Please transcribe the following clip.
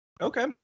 Okay